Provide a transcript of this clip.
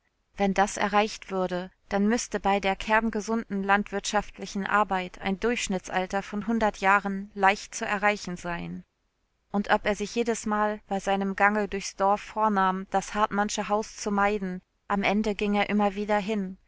wenn das erreicht würde dann müßte bei der kerngesunden landwirtschaftlichen arbeit ein durchschnittsalter von hundert jahren leicht zu erreichen sein und ob er sich jedesmal bei seinem gange durchs dorf vornahm das hartmannsche haus zu meiden am ende ging er immer wieder hin